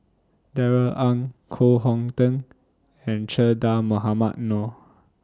Darrell Ang Koh Hong Teng and Che Dah Mohamed Noor